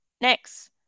next